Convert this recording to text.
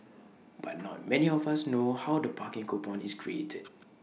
but not many of us know how the parking coupon is created